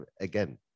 again